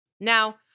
Now